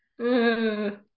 -hmm